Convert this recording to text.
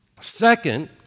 Second